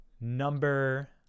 Number